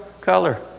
color